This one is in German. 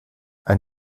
ein